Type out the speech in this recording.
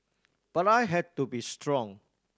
but I had to be strong